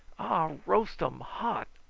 ah, roastum hot,